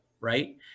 right